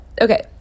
okay